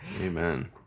Amen